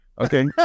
okay